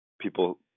people